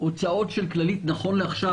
ההוצאות של כללית נכון לעכשיו,